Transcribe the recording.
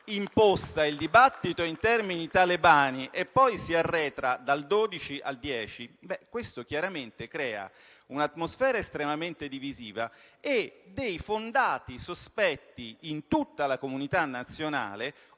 imposta il dibattito in termini talebani e poi si arretra da 12 a 10, questo chiaramente crea un'atmosfera estremamente divisiva e dei fondati sospetti, in tutta la comunità nazionale,